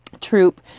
troop